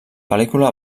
pel·lícula